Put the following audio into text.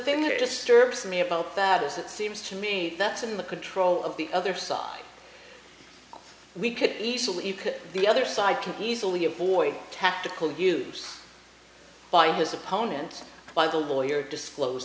disturbs me about that is it seems to me that's in the control of the other side we could easily pick the other side can easily avoid tactical use by his opponent by the lawyer disclos